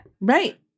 Right